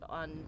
on